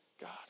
God